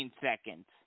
seconds